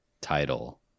title